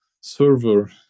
server